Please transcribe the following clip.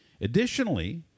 Additionally